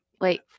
Wait